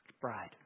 bride